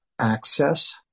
access